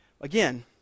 Again